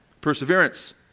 perseverance